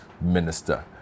minister